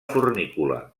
fornícula